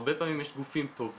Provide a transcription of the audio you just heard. הרבה פעמים יש גופים טובים